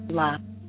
love